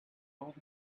holding